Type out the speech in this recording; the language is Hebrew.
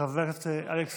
חבר הכנסת אלכס